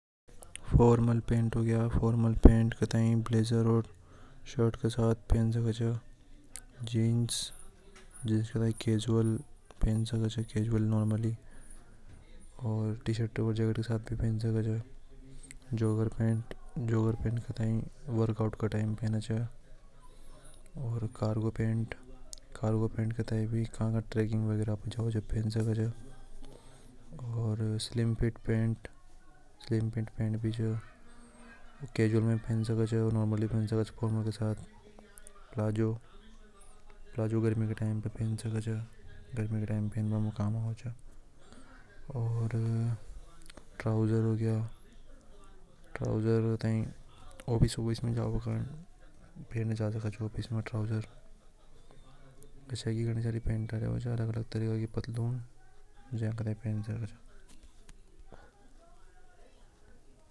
﻿Formal pant cutting blazer ओर shirt के साथ पहन सके से जींस को कैजुअल ओर कैजुअल नॉर्मली पहन सके छ ओर जैकेट के साथ भी पहन सके च जोगर पेंट और टी-शर्ट वर्कआउट का टाइम पहन सके च। और कार्गो पैंट कार्गो पैंट का कादई ट्रैकिंग वगैरा में पहन सके च और slim fit pant slim pant भी च कैजुअल ओर नॉर्मली भी पहन सके से प्लाजो प्लाजो गर्मी के टाइम पर पहन सके से काम आवे च और ट्राउजर हो गया ट्राउजर ऑफिस में जावे तो वह पहन सके च।